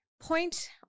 point